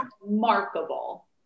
remarkable